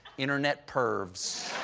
internet pervs.